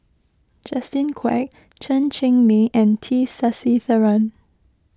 Justin Quek Chen Cheng Mei and T Sasitharan